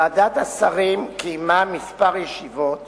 ועדת השרים קיימה ישיבות